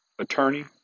attorney